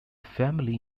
family